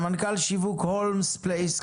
סמנכ"ל שיווק הולמס פלייס,